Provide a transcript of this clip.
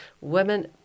Women